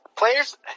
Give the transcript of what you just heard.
Players